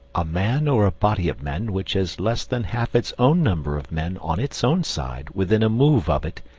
a man or a body of men which has less than half its own number of men on its own side within a move of it,